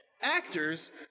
Actors